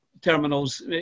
terminals